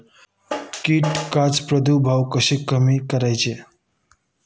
कीटकांचा प्रादुर्भाव कसा कमी करायचा?